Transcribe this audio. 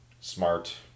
smart